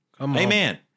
Amen